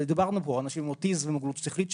ודיברנו פה על אנשים עם אוטיזם ומוגבלות שכלית,